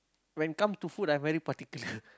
when come to food I very particular